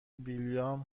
ویلیام